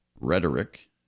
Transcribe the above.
rhetoric